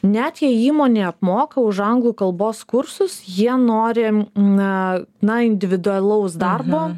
net jei įmonė apmoka už anglų kalbos kursus jie nori na na individualaus darbo